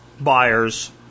buyers